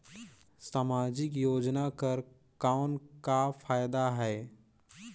समाजिक योजना कर कौन का फायदा है?